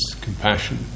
compassion